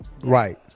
Right